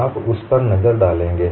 हम इस पर एक नजर डालेंगे